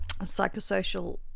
psychosocial